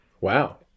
Wow